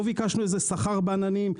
לא ביקשנו שכר בעננים,